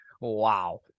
Wow